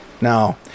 No